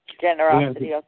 Generosity